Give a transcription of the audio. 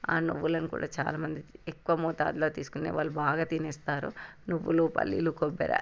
ఆ నువ్వులను కూడా చాలామంది ఎక్కువ మోతాదులో తీసుకొని వాళ్ళు బాగా తినేస్తారు నువ్వులు పల్లీలు కొబ్బెర